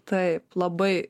taip labai